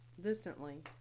distantly